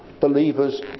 believers